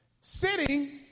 sitting